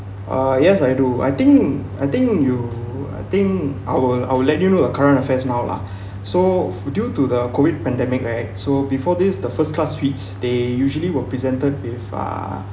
uh yes I do I think I think you I think I'll I'll let you know uh current affairs now lah so for due to the COVID pandemic where so before this the first-class suites they usually were presented with uh